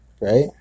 Right